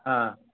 आम्